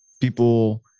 People